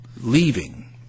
leaving